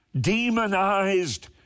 demonized